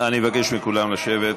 אני מבקש מכולם לשבת.